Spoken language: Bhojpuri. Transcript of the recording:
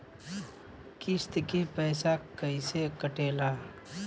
किस्त के पैसा कैसे कटेला?